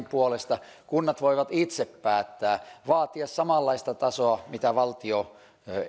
puolesta kunnat voivat itse päättää vaatia samanlaista tasoa mitä valtio